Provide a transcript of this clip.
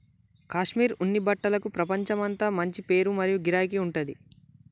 కాశ్మీర్ ఉన్ని బట్టలకు ప్రపంచమంతా మంచి పేరు మరియు గిరాకీ ఉంటది